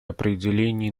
определении